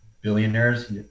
billionaires